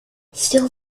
still